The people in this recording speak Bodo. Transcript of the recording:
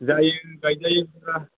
जायो गायजायो बिदिबा